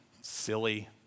Silly